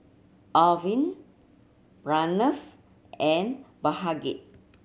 Arvind Pranav and Bhagat